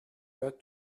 pas